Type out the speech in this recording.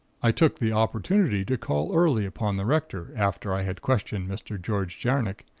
i took the opportunity to call early upon the rector, after i had questioned mr. george jarnock,